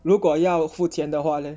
如果要付钱的话 leh